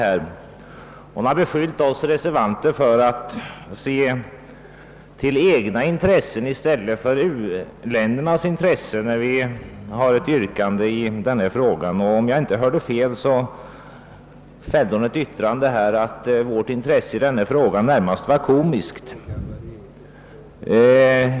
Fru Dahl har beskyllt oss reservanter för att se till egna intressen mer än till u-ländernas intressen när vi ställer vårt yrkande i denna fråga. Om jag inte hörde fel fällde hon ett yttrande, att vårt intresse i detta ärende närmast var komiskt.